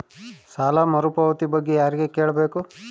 ಸಾಲ ಮರುಪಾವತಿ ಬಗ್ಗೆ ಯಾರಿಗೆ ಕೇಳಬೇಕು?